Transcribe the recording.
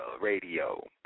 Radio